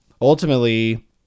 Ultimately